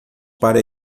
para